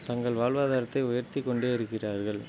தங்கள் வாழ்வாதாரத்தை உயர்த்திக் கொண்டே இருக்கிறார்கள்